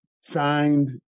signed